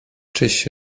czyś